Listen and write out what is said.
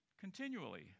continually